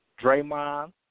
Draymond